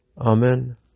Amen